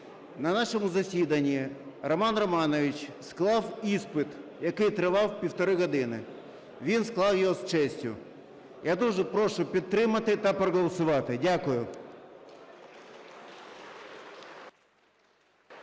на нашому засіданні Роман Романович склав іспит, який тривав півтори години, він склав його з честю. Я дуже прошу підтримати та проголосувати. Дякую.